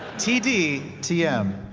td, tm.